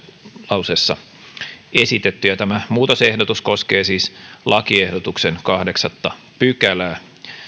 vastalauseessa esitetty tämä muutosehdotus koskee siis lakiehdotuksen kahdeksatta pykälää